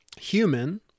human